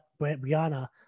Brianna